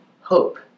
hope